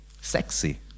sexy